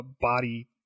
body